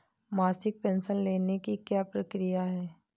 मासिक पेंशन लेने की क्या प्रक्रिया है?